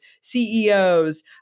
CEOs